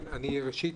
ראשית,